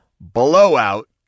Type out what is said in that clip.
Blowout